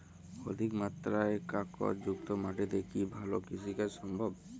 অধিকমাত্রায় কাঁকরযুক্ত মাটিতে কি ভালো কৃষিকাজ সম্ভব?